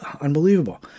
unbelievable